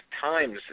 times